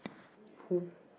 who